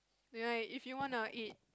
yea if wanna eat